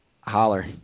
Holler